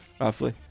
roughly